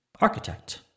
architect